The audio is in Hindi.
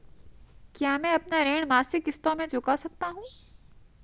क्या मैं अपना ऋण मासिक किश्तों में चुका सकता हूँ?